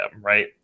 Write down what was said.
right